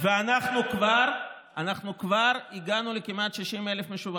ואנחנו כבר הגענו כמעט ל-60,000 יחידות משווקות.